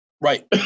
Right